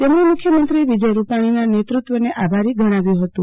તેમણે મુખ્યમંત્રી વિજયરૂપાણીના નેતૃત્વને આભારી ગણાવ્યુ હતું